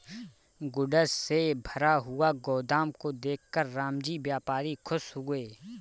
goods से भरा हुआ गोदाम को देखकर रामजी व्यापारी खुश हुए